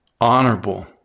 honorable